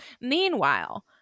meanwhile